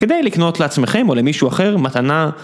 כדי לקנות לעצמכם או למישהו אחר מתנה.